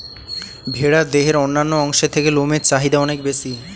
ভেড়ার দেহের অন্যান্য অংশের থেকে লোমের চাহিদা অনেক বেশি